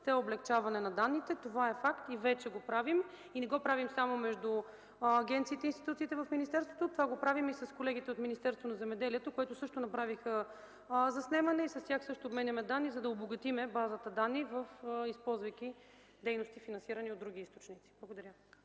облекчаване на данните. Това е факт. Вече го правим. И не го правим само между агенциите и институциите в министерството. Правим го и с колегите от Министерството на земеделието и храните, които също направиха заснемане. С тях също обменяме данни, за да обогатим базата данни, използвайки дейности, финансирани от други източници. Благодаря.